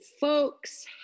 folks